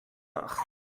nach